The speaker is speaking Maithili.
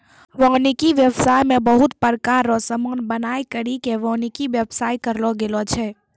वानिकी व्याबसाय मे बहुत प्रकार रो समान बनाय करि के वानिकी व्याबसाय करलो गेलो छै